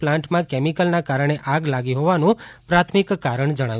પ્લાન્ટમાં કેમિકલનાં કારણે આગ લાગી હોવાનું પ્રાથમિક કારણ જણાયું છે